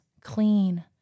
clean